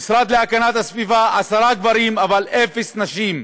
המשרד להגנת הסביבה, עשרה גברים, אבל אפס נשים,